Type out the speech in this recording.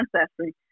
Ancestry